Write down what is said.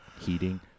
heating